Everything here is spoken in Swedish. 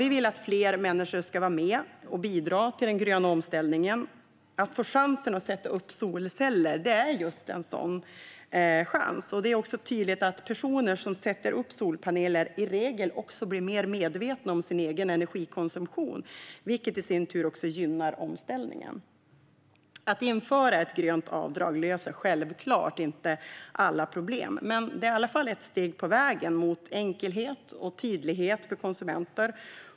Vi vill att fler människor ska vara med och bidra till den gröna omställningen. Att kunna sätta upp solceller är just en sådan chans. Det är också tydligt att personer som sätter upp solpaneler i regel blir mer medvetna om sin egen energikonsumtion, vilket i sin tur gynnar omställningen. Att införa ett grönt avdrag löser självklart inte alla problem, men det är i alla fall ett steg på vägen mot enkelhet och tydlighet för konsumenter.